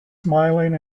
smiling